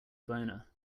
boner